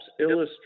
illustrate